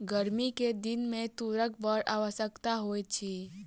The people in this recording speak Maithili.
गर्मी के दिन में तूरक बड़ आवश्यकता होइत अछि